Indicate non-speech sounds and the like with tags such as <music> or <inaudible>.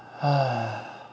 <noise>